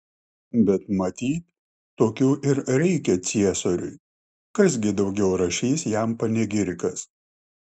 bet matyt tokių ir reikia ciesoriui kas gi daugiau rašys jam panegirikas